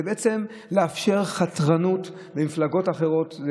זה בעצם לאפשר חתרנות למפלגות אחרות,